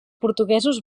portuguesos